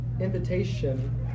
invitation